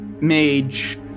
mage